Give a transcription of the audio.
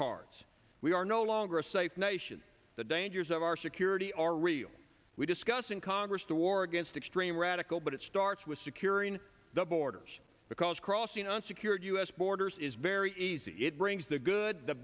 cards we are no longer a safe nation the dangers of our security are real we discussed in congress the war against extreme radical but it starts with securing the borders because crossing unsecured u s borders is very easy it brings the good the